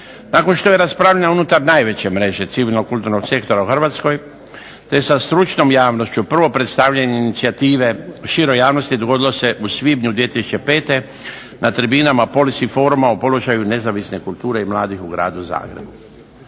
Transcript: Nakon što je raspravljeno unutar najveće mreže civilnog kulturnog sektora u Hrvatskoj, te sa stručnom javnošću prvo predstavljanje inicijative široj javnosti dogodilo se u svibnju 2005. na tribinama …/Govornik se ne razumije./… o položaju nezavisne kulture i mladih u gradu Zagrebu.